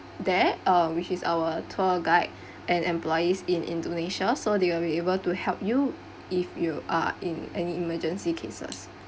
there uh which is our tour guide and employees in indonesia so they will be able to help you if you are in any emergency cases